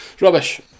Rubbish